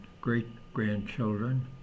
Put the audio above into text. great-grandchildren